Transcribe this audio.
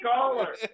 caller